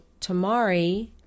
Tamari